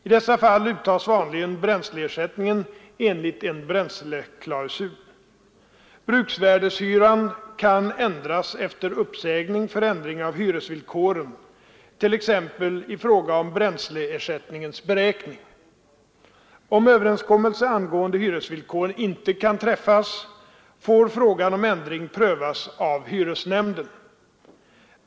I dessa fall uttas vanligen bränsleersättningen enligt en bränsleklausul. Bruksvärdehyran kan ändras efter uppsägning för ändring av hyresvillkoren, t.ex. i fråga om bränsleersättningens beräkning. Om överenskommelse angående hyresvillkoren inte kan träffas, får frågan om ändring prövas av hyresnämnden.